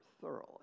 thoroughly